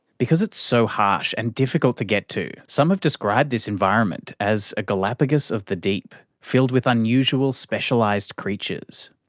because it's so harsh and difficult to get to, some have described this environment as a galapagos of the deep, filled with unusual specialised creatures.